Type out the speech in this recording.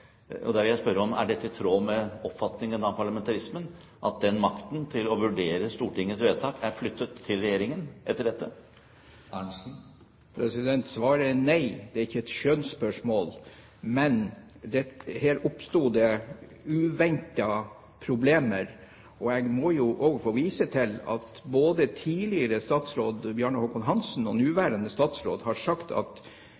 Da vil jeg spørre: Er det i tråd med oppfatningen av parlamentarismen at den makten til å vurdere Stortingets vedtak etter dette er flyttet til regjeringen? Svaret er nei. Det er ikke et skjønnsspørsmål. Men her oppsto det uventede problemer. Jeg må også få vise til at både tidligere statsråd Bjarne Håkon Hanssen og